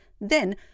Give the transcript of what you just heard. Then